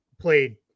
played